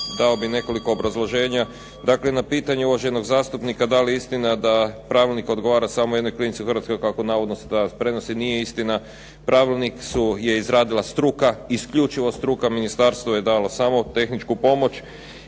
dao bih nekoliko obrazloženja. Dakle, na pitanje uvaženog zastupnika, da li je istina da pravilnik odgovara samo jednoj klinici u Hrvatskoj kako se danas navodno prenosi? Nije istina. Pravilnik je izradila struka, isključivo struka. Ministarstvo je dalo samo tehničku pomoć